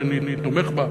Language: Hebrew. שאני תומך בה,